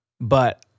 But-